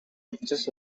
emphasis